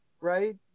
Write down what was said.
right